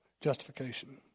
justification